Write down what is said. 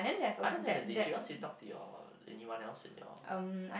other than the details you talk to your anyone else in your